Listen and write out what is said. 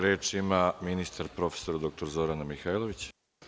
Reč ima ministar prof. dr Zorana Mihajlović.